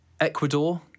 Ecuador